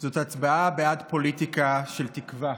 זו הצבעה בעד פוליטיקה של תקווה,